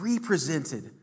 represented